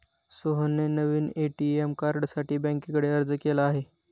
सोहनने नवीन ए.टी.एम कार्डसाठी बँकेकडे अर्ज केला आहे